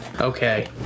Okay